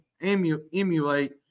emulate